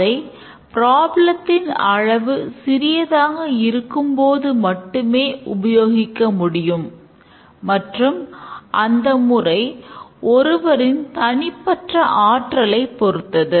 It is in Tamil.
அதை ப்ராப்ளத்தின் அளவு சிறியதாக இருக்கும்போது மட்டுமே உபயோகிக்க முடியும் மற்றும் அந்த முறை ஒருவரின் தனிப்பட்ட ஆற்றலைப் பொறுத்தது